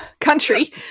country